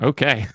Okay